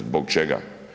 Zbog čega?